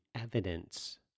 evidence